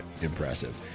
impressive